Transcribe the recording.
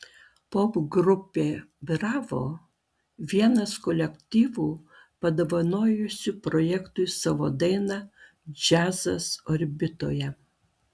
popgrupė bravo vienas kolektyvų padovanojusių projektui savo dainą džiazas orbitoje